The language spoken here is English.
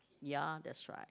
ya that's right